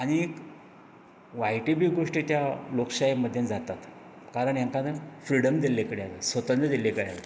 आनीक वायटय बी गोश्टी त्या लोकशाये मध्ये जातात कारण हांकां फ्रिडम दिल्ले कडेन आसा स्वतंत्र दिल्ले कडेन आसा